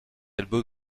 album